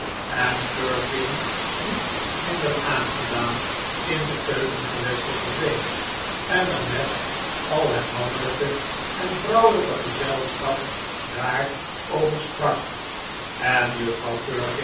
niet minder aangedaan in de keukengewesten verdween en er met al het mannelijke en vrouwelijke gezelschap daar over sprak en juffrouw